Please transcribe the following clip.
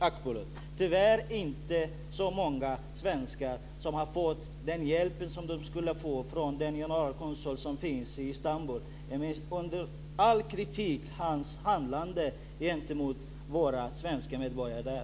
Det är tyvärr inte så många svenskar som fått den hjälp som de skulle ha fått från den generalkonsul som finns i Istanbul. Hans handlande är under all kritik gentemot våra svenska medborgare där.